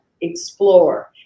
explore